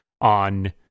on